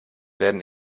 werden